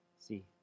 See